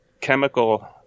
chemical